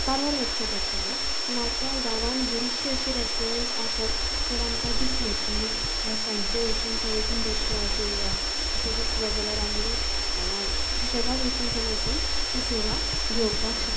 कारवार वचचें पडटाले पूण आता गांवांत बरीचशी अशी रेस्टॉरंटस आसात जर आमकां दिसले की आयज सांजे वचून थंय वचून बसया जेवया अशें दिसले जाल्यार आमी सुशेगाद वचून थंय वचून ती सेवा घेवपाक शकतात